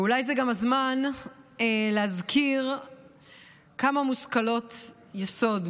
אולי זה גם הזמן להזכיר כמה מושכלות יסוד.